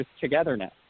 togetherness